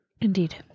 Indeed